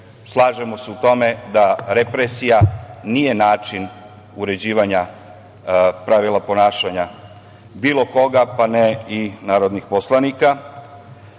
slažemo se u tome da represija nije način uređivanja pravila ponašanja bilo koga, pa ni narodnih poslanika,